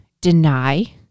deny